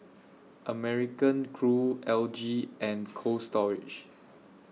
American Crew L G and Cold Storage